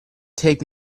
take